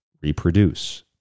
reproduce